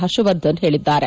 ಹರ್ಷವರ್ಧನ್ ಹೇಳಿದ್ದಾರೆ